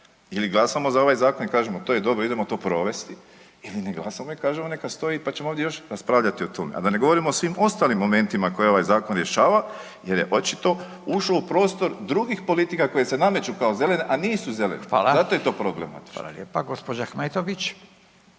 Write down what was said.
ili glasamo za ovaj zakon i kažemo to je dobro, idemo to provesti ili ne glasamo i kažemo neka stoji, pa ćemo ovdje još raspravljati o tome. A da ne govorim o svim ostalim momentima koje ovaj zakon rješava jer je očito ušlo u prostor drugih politika koje se nameću kao zelene, a nisu zelene, zato je to problematično. **Radin, Furio